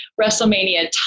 WrestleMania